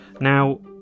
Now